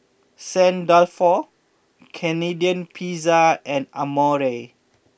Saint Dalfour Canadian Pizza and Amore